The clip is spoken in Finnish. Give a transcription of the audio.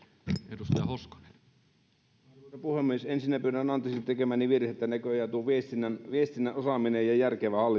arvoisa puhemies ensinnä pyydän anteeksi tekemääni virhettä näköjään tuo viestinnän viestinnän osaaminen ja järkevä